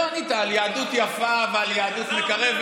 לא ענית על יהדות יפה ועל יהדות מקרבת.